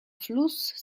fluss